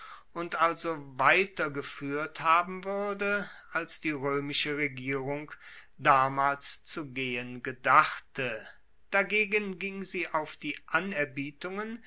und also weitergefuehrt haben wuerde als die roemische regierung damals zu gehen gedachte dagegen ging sie auf die